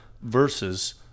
versus –